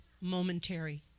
momentary